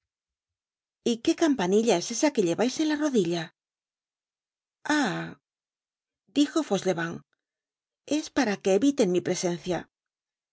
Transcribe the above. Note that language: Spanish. y qué campanilla es esa que llevais en la rodilla ah dijo fauchelevent es para que eviten mi presencia